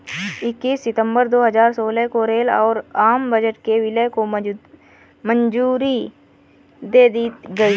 इक्कीस सितंबर दो हजार सोलह को रेल और आम बजट के विलय को मंजूरी दे दी गयी